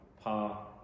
par